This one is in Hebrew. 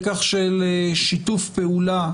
לקח של שיתוף פעולה,